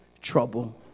trouble